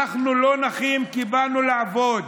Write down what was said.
אנחנו לא נחים כי באנו לעבוד.